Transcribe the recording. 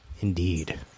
Indeed